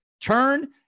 turn